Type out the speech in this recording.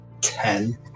Ten